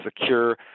secure